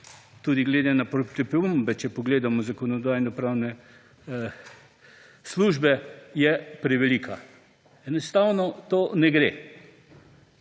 tudi glede na pripombe, če pogledamo z Zakonodajno-pravne službe je prevelika. Enostavno to ne gre.